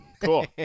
Cool